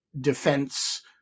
defense